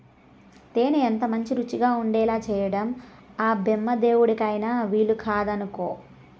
తేనె ఎంతమంచి రుచిగా ఉండేలా చేయడం ఆ బెమ్మదేవుడికైన వీలుకాదనుకో